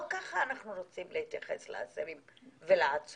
לא ככה אנחנו רוצים להתייחס לאסירים ולעצורים.